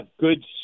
good